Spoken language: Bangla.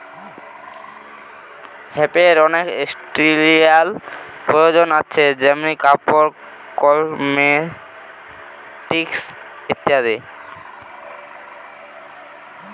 হেম্পের অনেক ইন্ডাস্ট্রিয়াল প্রয়োজন আছে যেমনি কাপড়, কসমেটিকস ইত্যাদি